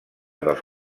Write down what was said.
dels